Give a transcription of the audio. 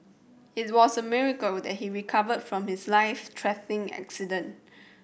it was a miracle that he recovered from his life threatening accident